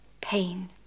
pain